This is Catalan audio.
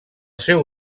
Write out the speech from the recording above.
seu